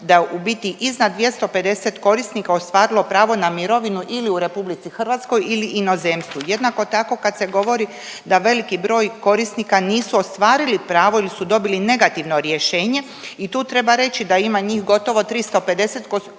da je u biti iznad 250 korisnika ostvarilo pravo na mirovinu ili u RH ili inozemstvu. Jednako tako kad se govori da veliki broj korisnika nisu ostvarili pravo ili su dobili negativno rješenje i tu treba reći da ima njih gotovo 350 koji